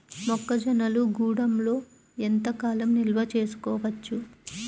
మొక్క జొన్నలు గూడంలో ఎంత కాలం నిల్వ చేసుకోవచ్చు?